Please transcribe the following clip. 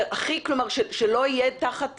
שלא יהיה תחת